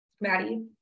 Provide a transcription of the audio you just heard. maddie